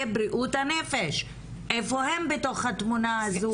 בריאות הנפש - איפה הם בתוך התמונה הזאת?